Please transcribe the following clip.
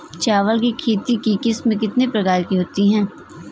चावल की खेती की किस्में कितने प्रकार की होती हैं?